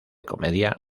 comedia